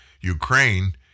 Ukraine